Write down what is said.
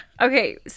Okay